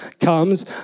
comes